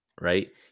right